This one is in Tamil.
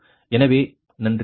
எனவே நன்றி